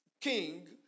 king